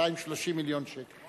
230 מיליון שקל.